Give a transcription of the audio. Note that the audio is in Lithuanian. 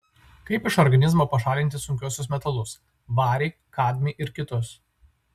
kaip iš organizmo pašalinti sunkiuosius metalus varį kadmį ir kitus